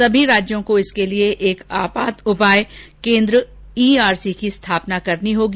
सभी राज्यों को इसके लिए एक आपात उपाय केन्द्र ईआरसी की स्थापना करनी होगी